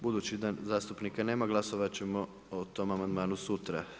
Budući da zastupnika nema glasovat ćemo o tom amandmanu sutra.